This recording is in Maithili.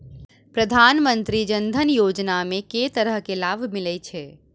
प्रधानमंत्री जनधन योजना मे केँ तरहक लाभ मिलय छै?